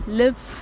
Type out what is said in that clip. live